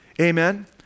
Amen